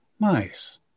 Nice